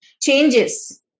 changes